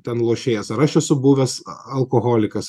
ten lošėjas ar aš esu buvęs alkoholikas